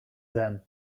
them